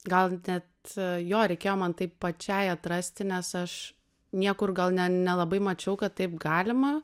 gal net jo reikėjo man tai pačiai atrasti nes aš niekur gal ne nelabai mačiau kad taip galima